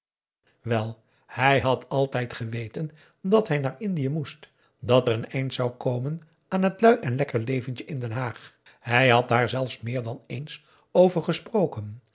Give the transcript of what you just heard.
wel hij had altijd geweten dat hij naar indië moest dat er een eind zou komen aan het lui en lekker leventje in den haag hij had daar zelfs meer dan eens over gesproken